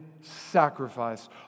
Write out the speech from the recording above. sacrifice